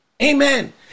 Amen